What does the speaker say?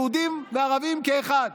יהודים וערבים כאחד.